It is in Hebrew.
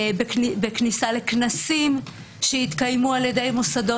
בכניסה לכנסים שהתקיימו על ידי מוסדות